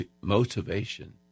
motivation